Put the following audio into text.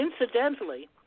Incidentally